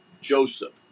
Joseph